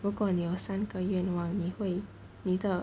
如果你要三个愿望你会你的